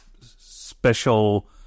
special